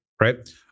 right